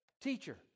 teacher